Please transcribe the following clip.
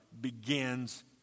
begins